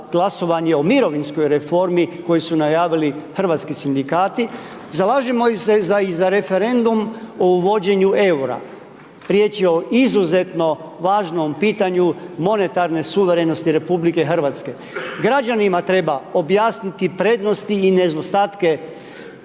glasovanje o mirovinskoj reformi koju su najavili hrvatski Sindikati, zalažemo se i za referendum o uvođenju EUR-a. Riječ je o izuzetno važnom pitanju monetarne, suverenosti RH. Građanima treba objasniti prednosti i nedostatke